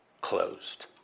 closed